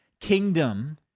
kingdom